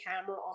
camera